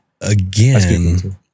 Again